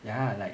ya like